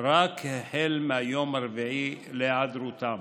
רק החל מהיום הרביעי להיעדרותם.